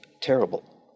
terrible